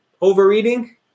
Overeating